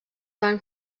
van